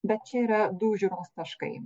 bet čia yra du žiūros taškai